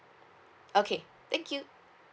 okay thank you